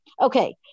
Okay